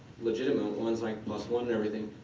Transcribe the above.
legitimate ones like plos one and everything,